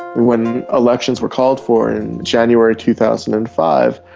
when elections were called for in january two thousand and five,